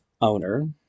owner